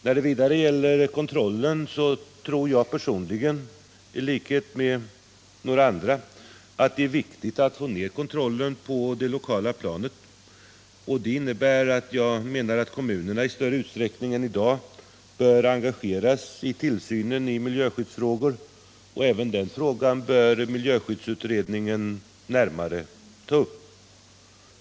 När det sedan gäller kontrollen tror jag personligen i likhet med några av talarna i den här debatten att det är viktigt att få ned den på det — Nr 7 lokala planet. Kommunerna bör därför i större utsträckning än i dag Torsdagen den engageras i tillsynen av miljöskyddsfrågor. Även den frågan bör mil 13 oktober 1977 jöskyddsutredningen närmare ta upp.